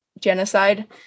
genocide